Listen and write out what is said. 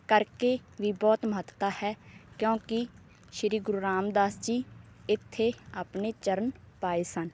ਕਰਕੇ ਵੀ ਬਹੁਤ ਮਹੱਤਤਾ ਹੈ ਕਿਉਂਕਿ ਸ਼੍ਰੀ ਗੁਰੂ ਰਾਮਦਾਸ ਜੀ ਇੱਥੇ ਆਪਣੇ ਚਰਨ ਪਾਏ ਸਨ